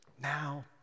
now